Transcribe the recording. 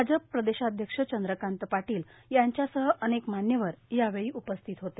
भाजप प्रदेशाध्यक्ष चंद्रकांत पाटील यांच्यासह अनेक मान्यवर यावेळी उपस्थित होते